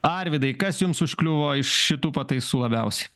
arvydai kas jums užkliuvo iš šitų pataisų labiausiai